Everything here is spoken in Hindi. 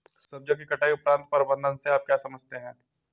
सब्जियों की कटाई उपरांत प्रबंधन से आप क्या समझते हैं?